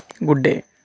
గుడ్డే